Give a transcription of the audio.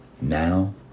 now